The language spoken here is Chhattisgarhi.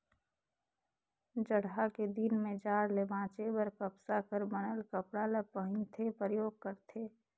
जड़हा के दिन में जाड़ ले बांचे बर कपसा कर बनल कपड़ा ल पहिनथे, परयोग करथे